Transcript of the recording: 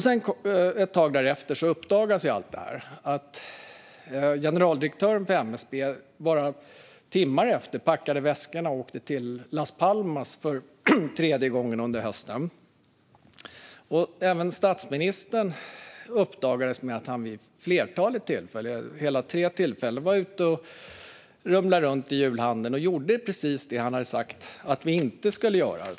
Ett tag därefter uppdagades att generaldirektören på MSB bara timmar efter packade väskorna och åkte till Las Palmas för tredje gången under hösten. Det uppdagades även att statsministern vid hela tre tillfällen var ute och rumlade runt i julhandeln och gjorde precis det som han hade sagt att vi inte skulle göra.